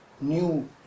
new